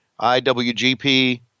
IWGP